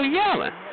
yelling